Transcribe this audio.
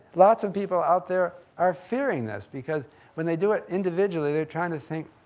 lots of people out there are fearing this because when they do it individually, they're trying to think,